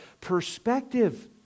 perspective